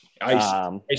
Ice